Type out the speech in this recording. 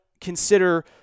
consider